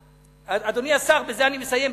אדוני השר, בזה אני מסיים.